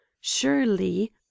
surely